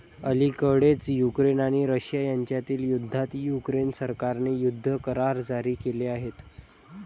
अलिकडेच युक्रेन आणि रशिया यांच्यातील युद्धात युक्रेन सरकारने युद्ध करार जारी केले आहेत